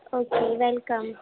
okay welcome